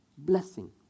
blessing